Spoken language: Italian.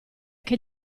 che